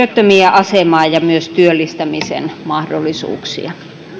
asemaa ja myös työllistämisen mahdollisuuksia